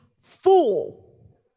fool